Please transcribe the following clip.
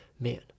man